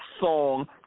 song